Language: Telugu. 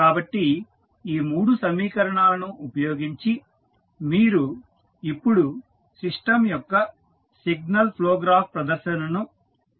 కాబట్టి ఈ 3 సమీకరణాలను ఉపయోగించి మీరు ఇప్పుడు సిస్టం యొక్క సిగ్నల్ ఫ్లో గ్రాఫ్ ప్రదర్శనను క్రియేట్ చేశారు